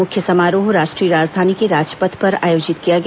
मुख्य समारोह राष्ट्रीय राजधानी के राजपथ पर आयोजित किया गया